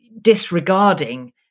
disregarding